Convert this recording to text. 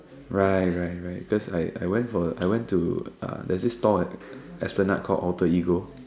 right right right cause I I went for I went to uh there's this stall at Esplanade called Alterego